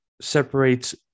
separates